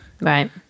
Right